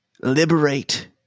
liberate